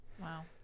Wow